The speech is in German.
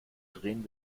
drehen